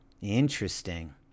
Interesting